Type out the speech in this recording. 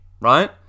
right